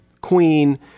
Queen